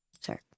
sir